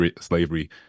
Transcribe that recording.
slavery